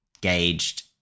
gauged